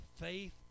Faith